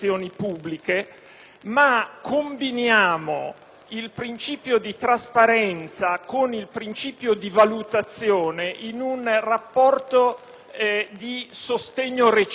il principio di trasparenza con il principio di valutazione, in un rapporto di sostegno reciproco. La valutazione acquisterà